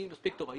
היא מספיק טובה.